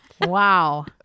Wow